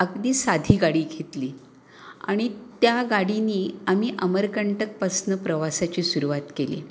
अगदी साधी गाडी घेतली आणि त्या गाडीने आम्ही अमरकंटकपासून प्रवासाची सुरुवात केली